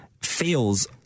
feels